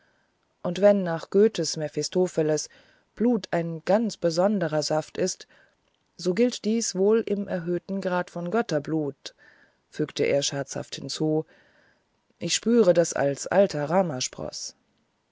und wenn nach goethes mephistopheles blut ein ganz besonderer saft ist so gilt dies wohl in erhöhtem grade von götterblut fügte er scherzend hinzu ich spüre das als